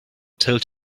told